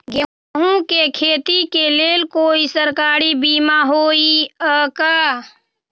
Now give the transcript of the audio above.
गेंहू के खेती के लेल कोइ सरकारी बीमा होईअ का?